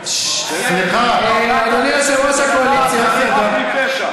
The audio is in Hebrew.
אדוני יושב-ראש הקואליציה, חבר הכנסת